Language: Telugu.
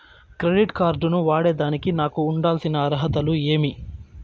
క్రెడిట్ కార్డు ను వాడేదానికి నాకు ఉండాల్సిన అర్హతలు ఏమి?